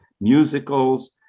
musicals